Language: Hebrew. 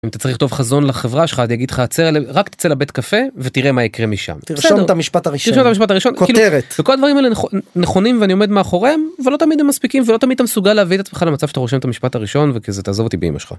אם אתה צריך לכתוב חזון לחברה שלך אני אגיד לך צא, רק צא לבית קפה ותראה מה יקרה משם תרשום את המשפט הראשון משפט הראשון כותרת כל הדברים האלה נכונים ואני עומד מאחוריהם ולא תמיד הם מספיקים ולא תמיד אתה מסוגל להביא את עצמך למצב שאתה רושם את המשפט הראשון וכזה תעזוב אותי באמא שלך.